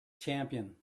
champion